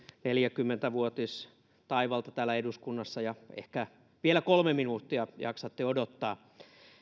neljäkymmentä vuotistaivalta täällä eduskunnassa ja ehkä vielä kolme minuuttia jaksatte odottaa